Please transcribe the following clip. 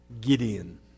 Gideon